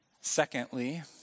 Secondly